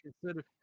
consider